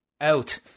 out